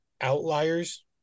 outliers